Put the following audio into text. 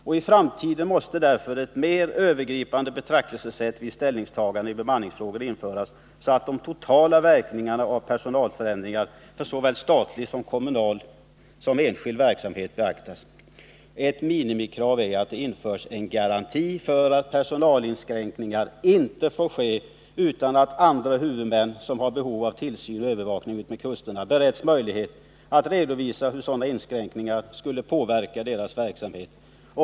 I framtiden måste därför ett mer övergripande betraktelsesätt vid ställningstaganden i bemanningsfrågor införas, så att de totala verkningarna av personalförändringar för såväl statlig som kommunal liksom enskild verksamhet beaktas. Ett minimikrav är att det införs en garanti för att personalinskränkningar inte får ske utan att andra huvudmän, som har behov av tillsyn och övervakning utmed kusterna, beretts möjlighet att redovisa hur dylika inskränkningar skulle påverka deras verksamhet.